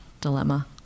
dilemma